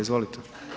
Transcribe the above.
Izvolite.